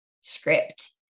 script